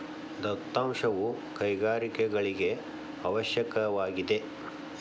ದತ್ತಾಂಶವು ಕೈಗಾರಿಕೆಗಳಿಗೆ ಅವಶ್ಯಕವಾಗಿದೆ